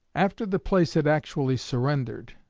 after the place had actually surrendered,